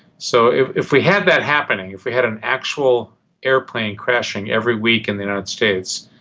so if if we had that happening, if we had an actual aeroplane crashing every week in the united states,